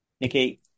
Nikki